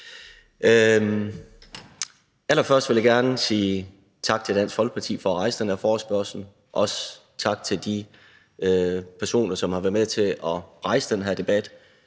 Allerførst vil jeg gerne sige tak til Dansk Folkeparti for at rejse den her forespørgsel. Også tak til de personer, som har været med til at rejse den her debat.